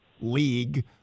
league